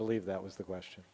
believe that was the question